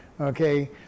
Okay